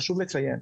חשוב לציין,